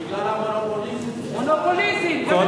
בגלל המונופוליזם של,